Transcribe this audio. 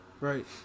Right